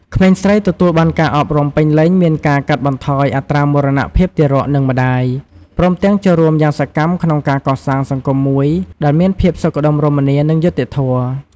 ក្មេងស្រីទទួលបានការអប់រំពេញលេញមានការកាត់បន្ថយអត្រាមរណភាពទារក និងម្តាយ ព្រមទាំងចូលរួមយ៉ាងសកម្មក្នុងការកសាងសង្គមមួយដែលមានភាពសុខដុមរមនា និងយុត្តិធម៌។